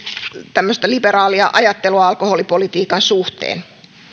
tämmöistä liberaalia ajattelua alkoholipolitiikan suhteen